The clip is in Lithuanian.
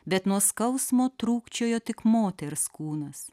bet nuo skausmo trūkčiojo tik moters kūnas